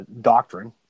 doctrine